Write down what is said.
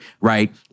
right